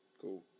Cool